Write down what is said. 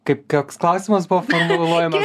kaip koks klausimas buvo formuluojamas